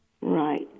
Right